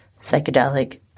psychedelic